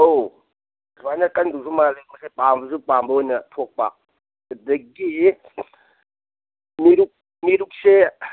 ꯑꯧ ꯁꯨꯃꯥꯏꯅ ꯀꯟꯗꯧꯁꯨ ꯃꯥꯜꯂꯦ ꯃꯁꯤ ꯄꯥꯝꯕꯁꯨ ꯄꯥꯝꯕ ꯑꯣꯏꯅ ꯊꯣꯛꯄ ꯑꯗꯒꯤ ꯃꯦꯔꯨꯛꯁꯦ